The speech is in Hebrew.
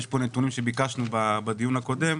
יש פה נתונים שביקשנו בדיון הקודם.